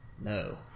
No